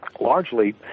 largely